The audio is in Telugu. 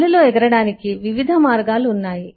గాలిలో ఎగరడానికి వివిధ మార్గాలు ఉన్నాయి